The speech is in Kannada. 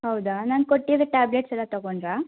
ಹೌದಾ ನಾನು ಕೊಟ್ಟಿರೋ ಟ್ಯಾಬ್ಲೆಟ್ಸ್ ಎಲ್ಲ ತಗೊಂಡಿರಾ